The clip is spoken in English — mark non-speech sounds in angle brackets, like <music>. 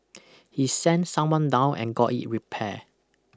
<noise> he sent someone down and got it repaired